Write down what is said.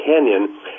canyon